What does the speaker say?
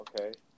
Okay